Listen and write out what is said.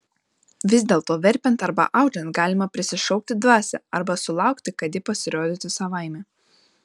vis dėlto verpiant arba audžiant galima prisišaukti dvasią arba sulaukti kad ji pasirodytų savaime